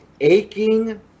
aching